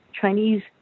Chinese